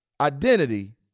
identity